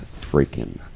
freaking